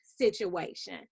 situation